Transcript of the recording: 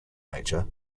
nature